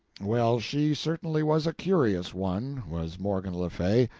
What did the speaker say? well, she certainly was a curious one, was morgan le fay.